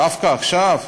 דווקא עכשיו?